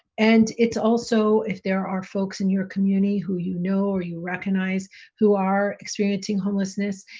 and it's also, if there are folks in your community who you know or you recognize who are experiencing homelessness,